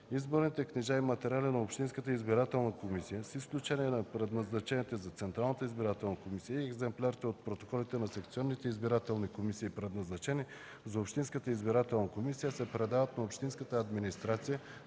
Изборните книжа и материали на общинската избирателна комисия, с изключение на предназначените за Централната избирателна комисия, и екземплярите от протоколите на секционните избирателни комисии, предназначени за общинската избирателна комисия, се предават на общинската администрация,